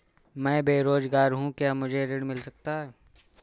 मैं बेरोजगार हूँ क्या मुझे ऋण मिल सकता है?